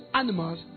animals